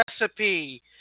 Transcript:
recipe